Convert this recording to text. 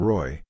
Roy